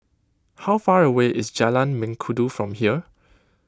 how far away is Jalan Mengkudu from here